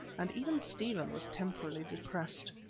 and even stephen was temporarily depressed.